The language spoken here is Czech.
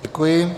Děkuji.